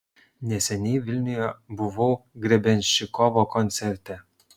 neseniai vilniuje buvau grebenščikovo koncerte